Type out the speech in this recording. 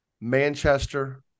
Manchester